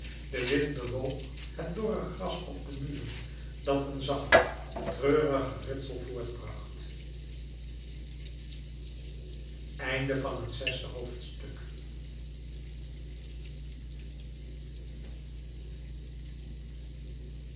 de wind bewoog het dorre gras op den muur dat een zacht treurig geritsel voortbracht zevende hoofdstuk